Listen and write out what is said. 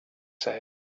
said